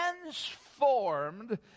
transformed